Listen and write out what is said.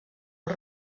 els